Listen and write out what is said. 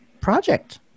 project